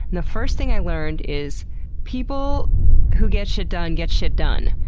and the first thing i learned is people who get shit done, get shit done.